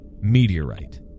Meteorite